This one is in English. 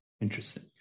Interesting